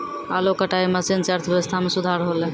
आलू कटाई मसीन सें अर्थव्यवस्था म सुधार हौलय